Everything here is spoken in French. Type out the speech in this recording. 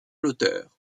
l’auteur